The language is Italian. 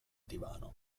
divano